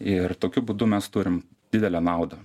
ir tokiu būdu mes turim didelę naudą